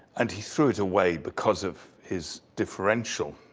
and he threw it away because of his differential.